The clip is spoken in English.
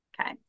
Okay